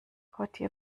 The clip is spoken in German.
gotje